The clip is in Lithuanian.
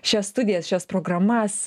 šias studijas šias programas